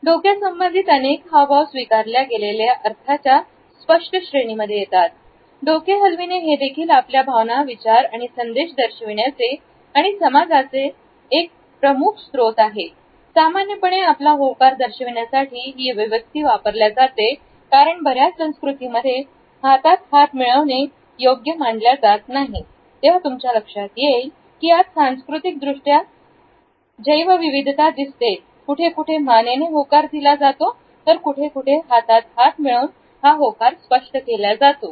डोक्या संबंधित अनेक हावभाव स्वीकारल्या गेलेल्या अर्थाच्या स्पष्ट श्रेणीमध्ये येतात डोके हलविणे हेदेखील आपल्या भावना विचार संदेश दर्शविण्याचे आणि समाजाचे एक प्रमुख स्रोत आहे सामान्यपणे आपला होकार दर्शविण्यासाठी ही अभिव्यक्ती वापरल्या जाते कारण बऱ्याच संस्कृतीमध्ये हातात हात मिळवणे योग्य मानल्या जात नाही तेव्हा तुमच्या लक्षात येईल की यात सांस्कृतिक दृष्ट्या जैव विविधता दिसते कुठेकुठे मानेने होकार दिला जातो तर कुठे कुठे हातात हात मिळवून हा होकार स्पष्ट केल्या जातो